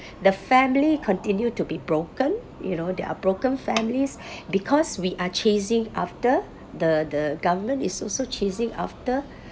the family continue to be broken you know there are broken families because we are chasing after the the government is also chasing after